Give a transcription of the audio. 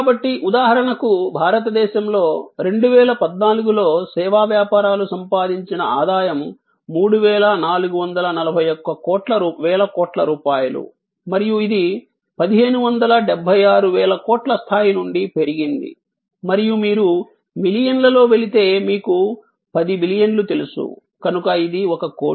కాబట్టి ఉదాహరణకు భారతదేశంలో 2014 లో సేవా వ్యాపారాలు సంపాదించిన ఆదాయం 3441 వేల కోట్ల రూపాయలు మరియు ఇది 1576 వేల కోట్ల స్థాయి నుండి పెరిగింది మరియు మీరు మిలియన్లలో వెళితే మీకు 10 బిలియన్లు తెలుసు కనుక ఇది ఒక కోటి